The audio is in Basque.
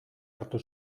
hartu